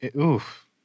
oof